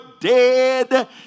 dead